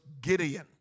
Gideon